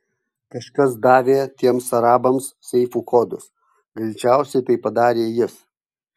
kažkas davė tiems arabams seifų kodus greičiausiai tai padarė jis